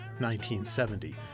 1970